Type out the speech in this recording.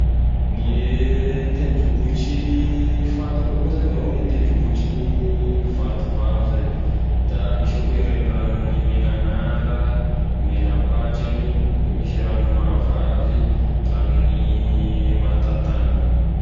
Gne tendrombohitry fantako koa zany ao gne tendrombohitry ny Vatovavy zay, da misy ao koa e reniranon'i Menagnara, Megnapatragny, da misy e ranon'i Mahavaviny, ranon'i Matantagna.